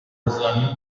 زانو